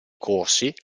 corsi